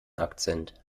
akzent